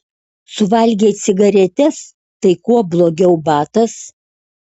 suvalgei cigaretes tai kuo blogiau batas